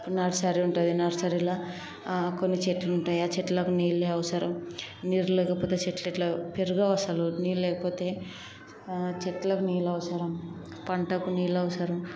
nursery ఉంటుంది నర్సరీలో కొన్నిచెట్లు ఉంటాయి ఆ చెట్లకు నీళ్ళే అవసరం నీరు లేకపోతే చెట్లు ఎట్లా పెరగవు అసలు నీళ్ళు లేకపోతే చెట్లకు నీళ్ళు అవసరం పంటకు నీళ్ళు అవసరం